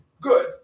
good